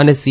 અને સી